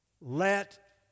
let